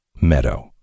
Meadow